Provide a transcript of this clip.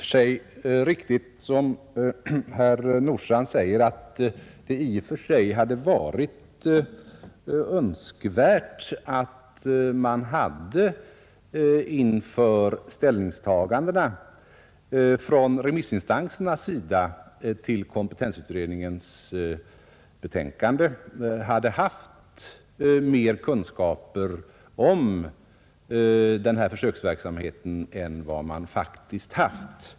Det är riktigt, som herr Nordstrandh säger, att det i och för sig hade varit önskvärt att remissinstanserna inför ställningstagandet till kompetensutredningens förslag hade haft mer kunskaper om denna försöksverksamhet än vad man faktiskt haft.